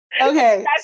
Okay